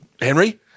Henry